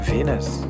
Venus